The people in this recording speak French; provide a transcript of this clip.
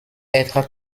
être